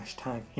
hashtag